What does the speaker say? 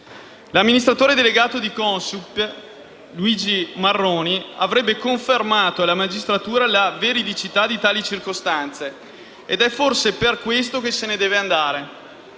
L'amministratore delegato di Consip, Luigi Marroni, avrebbe confermato alla magistratura la veridicità di tali circostanze, ed è forse per questo che se ne deve andare.